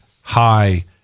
high